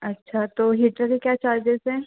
अच्छा तो हीटर के क्या चार्जेस हैं